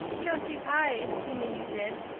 josie pye told me you did.